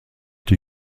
die